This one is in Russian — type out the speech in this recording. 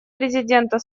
президента